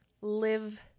live